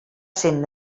cent